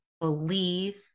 Believe